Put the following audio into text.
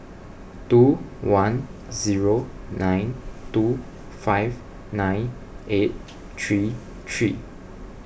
two one zero nine two five nine eight three three